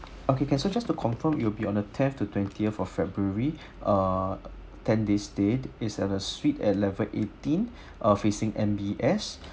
okay can so just to confirm it'll be on the tenth to twentieth of february uh ten days stay is at a suite at level eighteen ah facing M_B_S